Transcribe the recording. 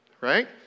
Right